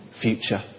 future